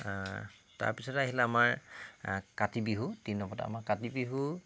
তাৰপিছতে আহিলে আমাৰ কাতি বিহু তিনি নম্বৰতে আমাৰ কাতি বিহু